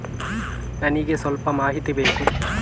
ನನಿಗೆ ಸ್ವಲ್ಪ ಮಾಹಿತಿ ಬೇಕು